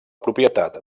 propietat